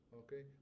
okay